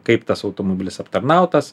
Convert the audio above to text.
kaip tas automobilis aptarnautas